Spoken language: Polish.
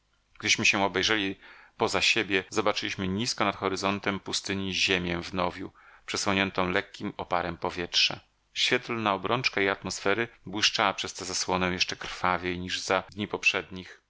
gdyśmy się obejrzeli poza siebie zobaczyliśmy nizko nad horyzontem pustyni ziemię w nowiu przesłoniętą lekkim oparem powietrza świetlna obrączka jej atmosfery błyszczała przez tę zasłonę jeszcze krwawiej niż za dni poprzednich